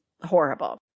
horrible